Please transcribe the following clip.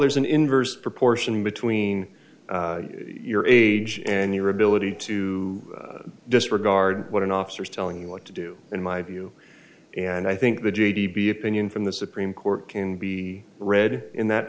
there's an inverse proportion between your age and your ability to disregard what an officer is telling you what to do in my view and i think the g d b opinion from the supreme court can be read in that